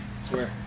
Swear